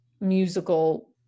musical